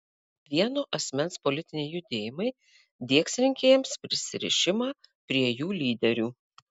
vieno asmens politiniai judėjimai diegs rinkėjams prisirišimą prie jų lyderių